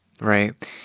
Right